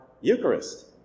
Eucharist